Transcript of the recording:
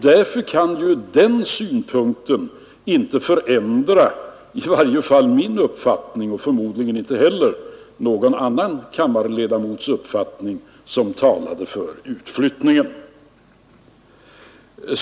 Därför kan den uppgiften inte förändra i varje fall min uppfattning, och förmodligen inte heller uppfattningen hos någon annan kammarledamot som talade för utflyttningen.